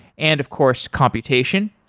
and of course, computation.